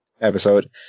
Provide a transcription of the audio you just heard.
episode